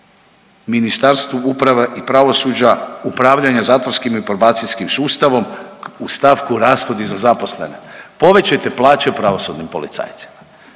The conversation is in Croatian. Ministarstvu uprave i pravosuđa upravljanje zatvorskim i probacijskim sustavom u stavku rashodi za zaposlene, povećajte plaće pravosudnim policajcima.